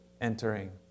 entering